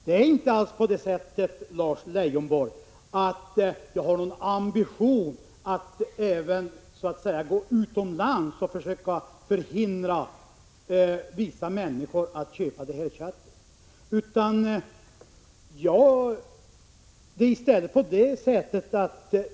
Det är inte alls på det sättet, Lars Leijonborg, att jag har någon ambition att även gå utomlands och försöka förhindra vissa människor att köpa det här köttet.